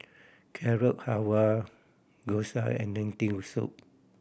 Carrot Halwa Gyoza and Lentil Soup